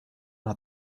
hat